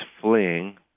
fleeing